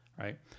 right